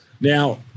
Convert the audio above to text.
Now